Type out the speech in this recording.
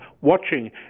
watching